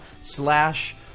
slash